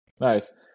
nice